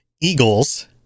Eagles